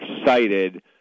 excited